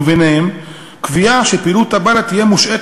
וביניהם קביעה שפעילות תא בל"ד תהיה מושעית